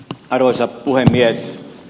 arvoisa puhemies